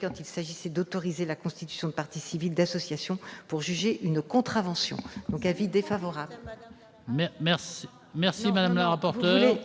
quand il s'agissait d'autoriser la constitution de partie civile d'associations pour juger une contravention. Par conséquent, la commission émet